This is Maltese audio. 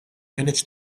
kinitx